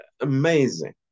amazing